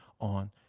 on